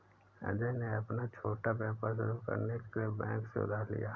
अजय ने अपना छोटा व्यापार शुरू करने के लिए बैंक से उधार लिया